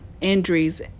injuries